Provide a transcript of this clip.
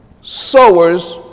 sowers